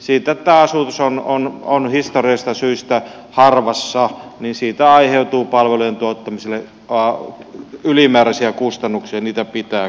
siitä että tämä asutus on historiallisista syistä harvassa aiheutuu palveluiden tuottamiselle ylimääräisiä kustannuksia ja niitä pitää kompensoida